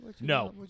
no